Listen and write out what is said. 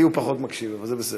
לי הוא פחות מקשיב, אבל זה בסדר.